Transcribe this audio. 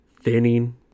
thinning